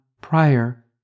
prior